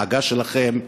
בעגה שלכם,